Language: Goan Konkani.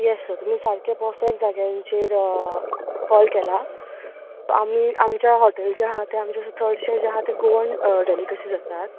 येस सर तुमी सारके पर्फेक्ट जाग्याचेर कॉल केला आमी आमचें हॉटेल जें आसा तें चडशें आसा तें गोवन डेलिकसीस आसात